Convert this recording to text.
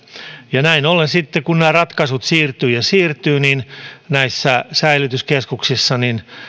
näin ollen sitten kun nämä ratkaisut siirtyvät ja siirtyvät näissä säilytyskeskuksissa